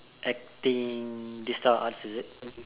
acting this type of arts is it